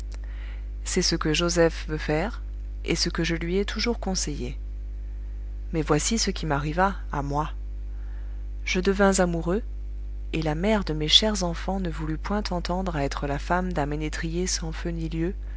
c'est ce que joseph veut faire et ce que je lui ai toujours conseillé mais voici ce qui m'arriva à moi je devins amoureux et la mère de mes chers enfants ne voulut point entendre à être la femme d'un ménétrier sans feu ni lieu